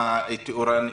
גם תאורנים,